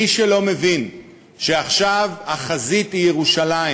מי שלא מבין שעכשיו החזית היא ירושלים